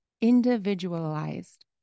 individualized